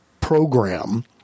program